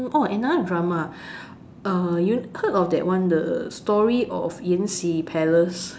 oh another drama ah you heard of that one the story of yan-xi Palace